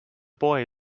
boy